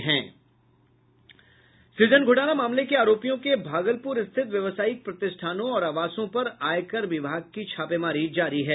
सुजन घोटाला मामले के आरोपियों के भागलपूर स्थित व्यावसायिक प्रतिष्ठानों और आवासों पर आयकर विभाग की छापेमारी जारी है